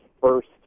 first